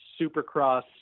Supercross